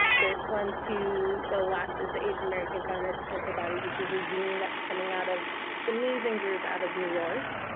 this one to the left is the asian american feminist antibodies which is a zine that's coming out of this amazing group out of new york,